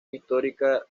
histórica